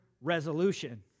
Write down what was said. resolution